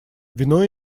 вино